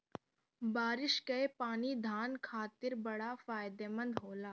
बारिस कअ पानी धान खातिर बड़ा फायदेमंद होला